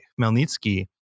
Melnitsky